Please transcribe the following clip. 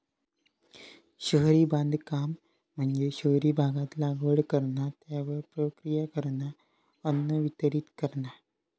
शहरी बागकाम म्हणजे शहरी भागात लागवड करणा, त्यावर प्रक्रिया करणा, अन्न वितरीत करणा